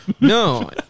No